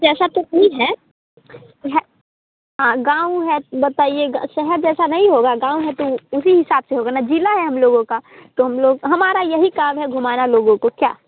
जैसा तो है यह हाँ गाँव है बताइएगा शहर जैसा नई होगा गाँव है तो उसी हिसाब से होगा न ज़िला है हम लोगों का तो हम लोग हमारा यही काम है घुमाना लोगों को क्या